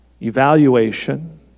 Evaluation